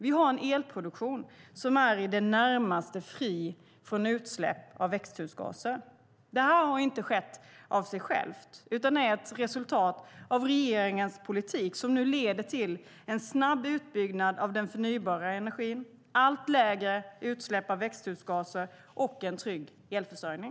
Vi har en elproduktion som är i det närmaste fri från utsläpp av växthusgaser. Detta har inte skett av sig självt utan är ett resultat av regeringens politik som nu leder till en snabb utbyggnad av den förnybara energin, allt lägre utsläpp av växthusgaser och en trygg elförsörjning.